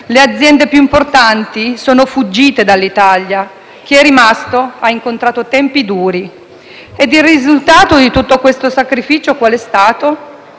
le aziende più importanti sono fuggite dall'Italia e chi è rimasto ha incontrato tempi duri. Il risultato di tutto questo sacrificio qual è stato?